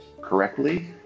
correctly